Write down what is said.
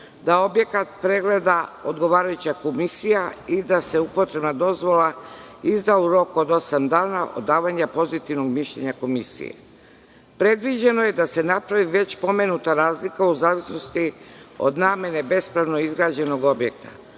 da objekat pregleda odgovarajuća komisija i da se upotrebna dozvola izda u roku od osam dana od davanja pozitivnog mišljenja komisije. Predviđeno je da se napravi već pomenuta razlika u zavisnosti od namene bespravno izgrađenog objekta.